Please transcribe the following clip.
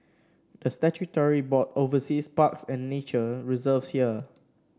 the statutory board oversees parks and nature reserves here